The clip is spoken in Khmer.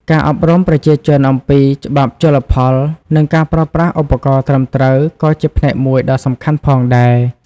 ការអប់រំប្រជាជនអំពីច្បាប់ជលផល និងការប្រើប្រាស់ឧបករណ៍ត្រឹមត្រូវក៏ជាផ្នែកមួយដ៏សំខាន់ផងដែរ។